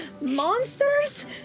monsters